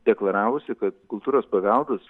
deklaravusi kad kultūros paveldas